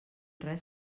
res